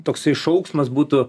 toksai šauksmas būtų